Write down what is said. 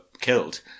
killed